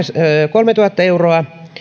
kolmetuhatta euroa